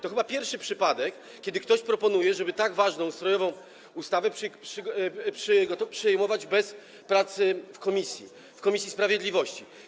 To chyba pierwszy przypadek, kiedy ktoś proponuje, żeby tak ważną, ustrojową ustawę przyjmować bez pracy w komisji, komisji sprawiedliwości.